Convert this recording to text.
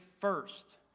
first